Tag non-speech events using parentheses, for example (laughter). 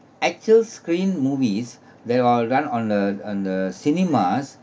actual screen movies (breath) that are run on the on the cinemas